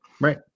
Right